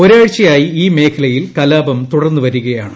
ഒരാഴ്ചയായി ഈ മേഖലയിൽ കലാപം തുടർന്നു വരികയാണ്